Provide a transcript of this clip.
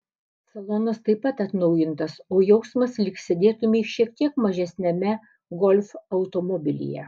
salonas taip pat atnaujintas o jausmas lyg sėdėtumei šiek tiek mažesniame golf automobilyje